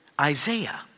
Isaiah